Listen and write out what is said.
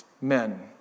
men